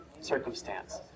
circumstance